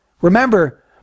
Remember